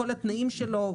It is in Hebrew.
כל התנאים שלו,